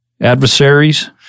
adversaries